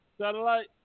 Satellite